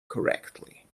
correctly